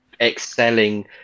excelling